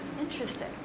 Interesting